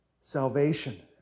Salvation